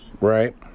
Right